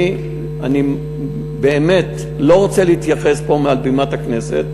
אני באמת לא רוצה להתייחס פה מעל במת הכנסת,